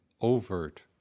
overt